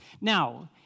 Now